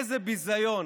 איזה ביזיון.